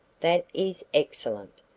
that is excellent!